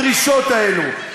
בדרישות האלה.